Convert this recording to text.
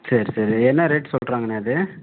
சரி சரி என்ன ரேட் சொல்லுறாங்கண்ணே அது